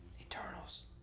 Eternals